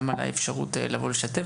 גם על האפשרות לבוא לשתף,